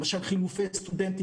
למשל, חילופי סטודנטים.